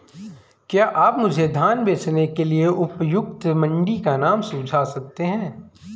क्या आप मुझे धान बेचने के लिए उपयुक्त मंडी का नाम सूझा सकते हैं?